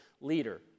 leader